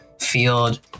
field